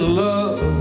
love